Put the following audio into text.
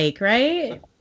right